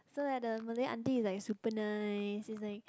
so that the Malay auntie is like super nice is like